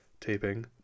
taping